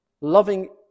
loving